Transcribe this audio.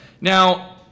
Now